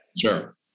sure